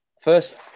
First